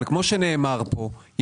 אבל כמו שנאמר פה,